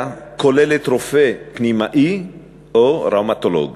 כוללת רופא פנימאי או ראומטולוג.